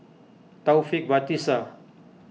Taufik Batisah